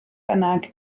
bynnag